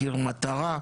מחיר מטרה,